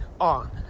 on